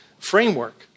Framework